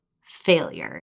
failure